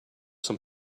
some